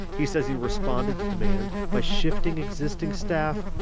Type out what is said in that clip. he says he responded to demand by shifting existing staff,